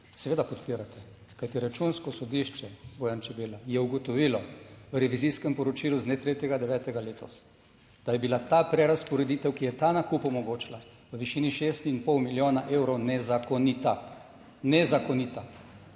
Seveda podpirate, kajti Računsko sodišče, Bojan Čebela, je ugotovilo v revizijskem poročilu z dne 3. 9. letos, da je bila ta prerazporeditev, ki je ta nakup omogočila, v višini šest in pol milijona evrov, nezakonita, nezakonita.